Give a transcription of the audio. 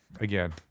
Again